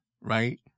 right